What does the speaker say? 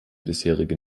bisherige